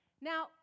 Now